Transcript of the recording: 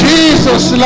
Jesus